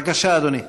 בבקשה, אדוני.